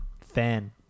fan